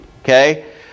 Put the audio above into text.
Okay